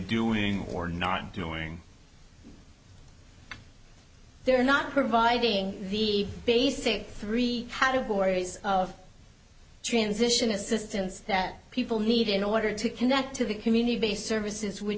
doing or not doing they're not providing the basic three categories of transition assistance that people need in order to connect to the community based services